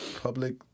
public